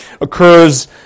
occurs